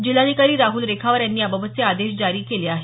जिल्हाधिकारी राहुल रेखावार यांनी याबाबतचे आदेश जारी केले आहेत